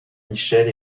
michel